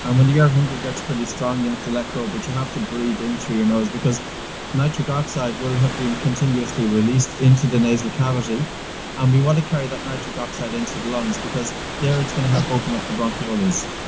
and when the air hunger gets pretty strong you have to let go, but you have to breathe in through your nose because nitric oxide will have been continuously released into the nasal cavity and we want to carry that nitric oxide into the lungs, because there it's going to help open up the bronchioles.